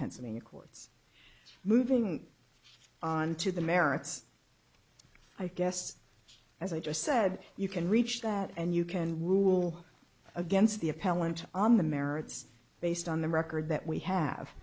pennsylvania courts moving on to the merits i guess as i just said you can reach that and you can rule against the appellant on the merits based on the record that we